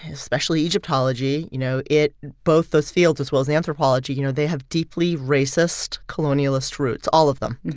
especially egyptology you know, it both those fields, as well as anthropology you know, they have deeply racist colonialist roots all of them.